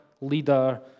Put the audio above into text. leader